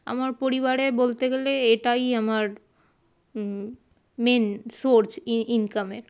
আমার পরিবারে বলতে গেলে এটাই আমার মেন সোর্স ই ইনকামের